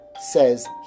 says